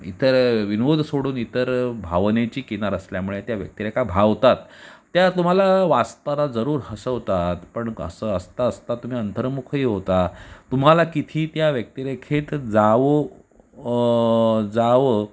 इतर विनोद सोडून इतर भावनेची किनार असल्यामुळे त्या व्यक्तिरेखा भावतात त्या तुम्हाला वाचताना जरूर हसवतात पण असं असता असता तुम्ही अंतर्मुखही होता तुम्हाला किती त्या व्यक्तिरेखेत जावो जावं